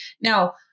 Now